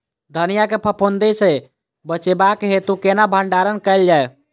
धनिया केँ फफूंदी सऽ बचेबाक हेतु केना भण्डारण कैल जाए?